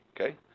Okay